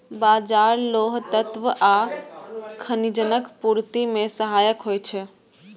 बाजरा लौह तत्व आ खनिजक पूर्ति मे सहायक होइ छै